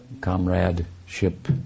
comradeship